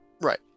Right